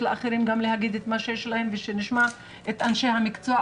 גם לאחרים לומר את דבריהם ולשמוע את אנשי המקצוע,